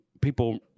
people